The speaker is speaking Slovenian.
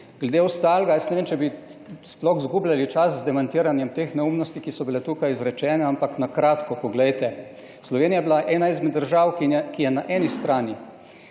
Glede ostalega. Jaz ne vem, če bi sploh izgubljali čas z demantiranjem teh neumnosti, ki so bile tukaj izrečene. Ampak na kratko, poglejte, Slovenija je bila ena izmed držav, ki je na eni strani